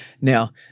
Now